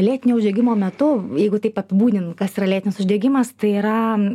lėtinio uždegimo metu jeigu taip apibūdint kas yra lėtinis uždegimas tai yra